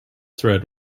tread